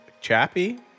Chappie